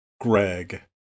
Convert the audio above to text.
Greg